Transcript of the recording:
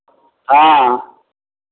हँ